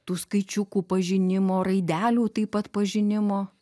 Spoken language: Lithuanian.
tų skaičiukų pažinimo raidelių taip pat pažinimo